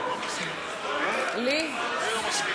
אני לא יורדת.